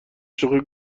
شوخی